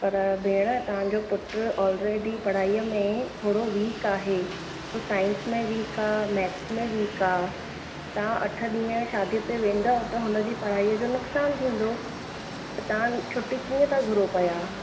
पर भेण तव्हांजो पुटु ओलरेडी पढ़ाईअ में थोरो वीक आहे हू सायन्स में वीक आहे मेक्स में वीक आ तव्हां अठ ॾींहं शादी ते वेंदव त हुनजी पढ़ाईअ जो नुक़सानु थींदो त तव्हां छुटी कीअं था घुरो पिया